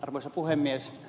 arvoisa puhemies